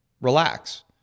relax